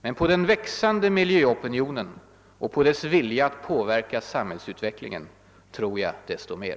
Men på den växande miljöopinionen och på dess vilja att påverka samhällsutvecklingén tror jag desto mer.